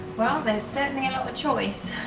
well, they certainly and have a choice.